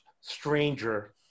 stranger